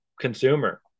consumer